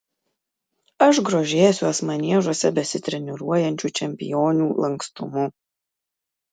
aš grožėsiuos maniežuose besitreniruojančių čempionių lankstumu